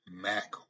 Mac